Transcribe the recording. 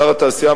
שר התעשייה,